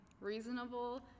reasonable